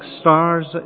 stars